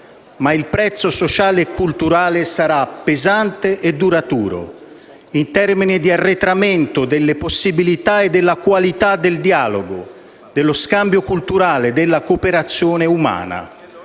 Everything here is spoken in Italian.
Ma il prezzo sociale e culturale sarà pesante e duraturo, in termini di arretramento delle possibilità e della qualità del dialogo, dello scambio culturale, della cooperazione umana.